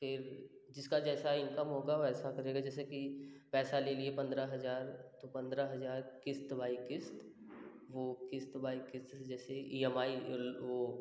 फिर जिसका जैसा इंकम होगा वैसा करेगा जैसे कि पैसा ले लिए पंद्रह हजार तो पंद्रह हजार किस्त बाइ किस्त वो किस्त बाइ किस्त जैसे ई एम आई वो